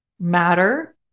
Matter